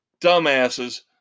dumbasses